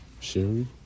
Sherry